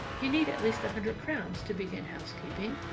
you need at least a hundred crowns to begin housekeeping,